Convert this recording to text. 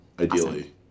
ideally